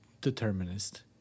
determinist